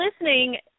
listening